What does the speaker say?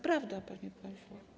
Prawda, panie pośle.